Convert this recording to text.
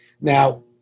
Now